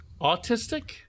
Autistic